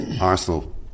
Arsenal